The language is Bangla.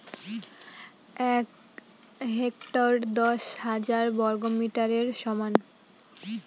এক হেক্টর দশ হাজার বর্গমিটারের সমান